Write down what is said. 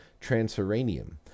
Transuranium